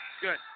good